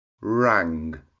rang